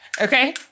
okay